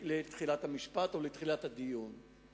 ותחילת הדיון או תחילת המשפט לא יהיו לפני תום שנה.